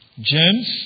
James